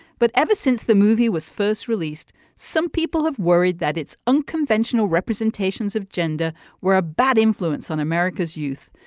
but ever since the movie was first released some people have worried that its unconventional representations of gender were a bad influence on america's youth.